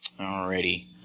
Alrighty